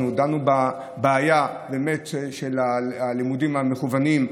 בבעיה של הלימודים המקוונים.